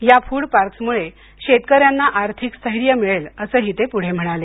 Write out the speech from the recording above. या food parks मुळे शेतकऱ्यांना आर्थिक स्थैर्य मिळेल असं ते पुढे म्हणाले